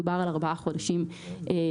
כאן מדובר על ארבעה חודשים בלבד.